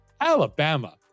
Alabama